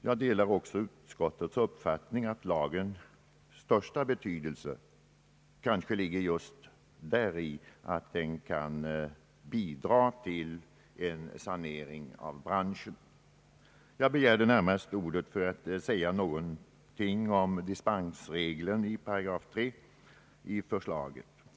Jag delar också utskottets uppfattning att lagens största betydelse kanske ligger just däri att den kan bidra till en sanering av branschen. Jag har, herr talman, begärt ordet närmast för att yttra mig om dispens regeln i paragraf 3 i förslaget.